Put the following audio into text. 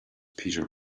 peter